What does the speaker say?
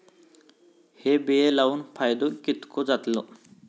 हे बिये लाऊन फायदो कितको जातलो?